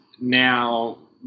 now